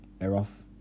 Eros